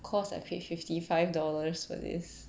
cause I paid fifty five dollars for this